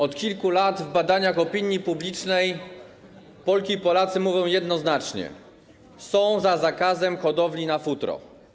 Od kilku lat w badaniach opinii publicznej Polki i Polacy mówią jednoznacznie, że są za zakazem hodowli zwierząt na futro.